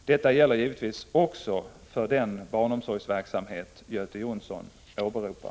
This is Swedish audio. Detta gäller givetvis också för den barnomsorgsverksamhet Göte Jonsson åberopar.